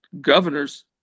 governors